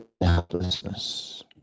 helplessness